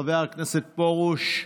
חבר הכנסת פרוש.